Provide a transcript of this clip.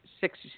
six